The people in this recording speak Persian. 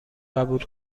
قبول